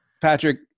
Patrick